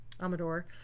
Amador